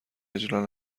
اجرا